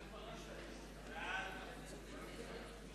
הצעת הסיכום